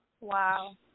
Wow